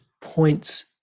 points